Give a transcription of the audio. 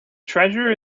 treasure